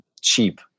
cheap